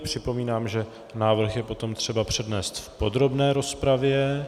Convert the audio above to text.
Připomínám, že návrh je potom třeba přednést v podrobné rozpravě.